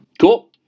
cool